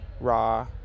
raw